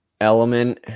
element